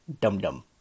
Dum-dum